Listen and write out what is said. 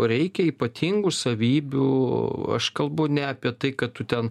reikia ypatingų savybių aš kalbu ne apie tai kad tu ten